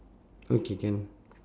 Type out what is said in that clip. okay can